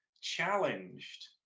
challenged